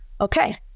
okay